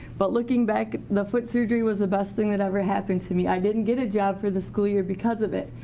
but looking back the foot surgery was the best thing that ever happened to me. i didn't get a job for the school year because of it.